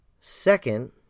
Second